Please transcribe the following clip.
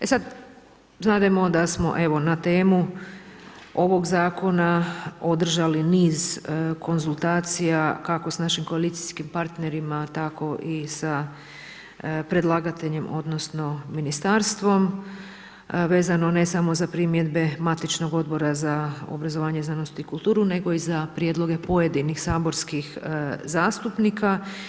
I sada znademo da smo evo na temu ovog zakona, održali niz konsultacija, kako s našim kotacijskim partnerima, tako i sa predlagateljem, odnosno, ministarstvom, vezane ne samo za primjedbe matičnog Odbora za obrazovanje, znanost i kulturu nego i za prijedloge pojedinih saborskih zastupnika.